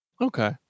Okay